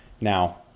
Now